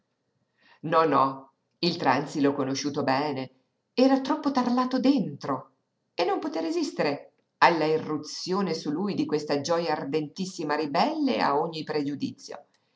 no no il tranzi l'ho conosciuto bene era troppo tarlato dentro e non poté resistere alla irruzione su lui di questa gioja ardentissima ribelle a ogni pregiudizio